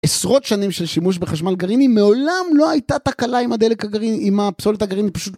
עשרות שנים של שימוש בחשמל גרעיני, מעולם לא הייתה תקלה עם הפסולת הגרעינית פשוט.